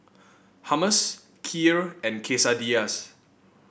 Hummus Kheer and Quesadillas